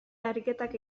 ariketak